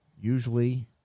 usually